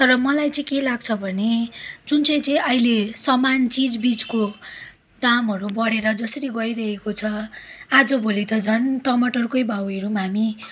तर मलाई चाहिँ के लाग्छ भने जुन चाहिँ चाहिँ अहिले सामान चिजबिजको दामहरू बढेर जसरी गइरहेको छ आजभोलि त झन् टमाटरकै भाउ हेरौँ हामी